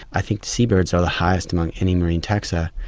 i think seabirds are the highest among any marine taxa.